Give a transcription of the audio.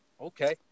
Okay